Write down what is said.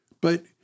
But-